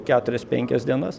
keturias penkias dienas